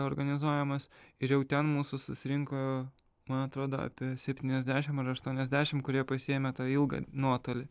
organizuojamas ir jau ten mūsų susirinko man atrodo apie septyniasdešim ar aštuoniasdešim kurie pasiėmė tą ilgą nuotolį